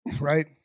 right